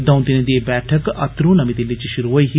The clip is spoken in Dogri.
द'ऊं दिनें दी एह् बैठक अतरू कल नमीं दिल्ली च शुरू होई ही